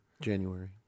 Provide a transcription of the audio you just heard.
January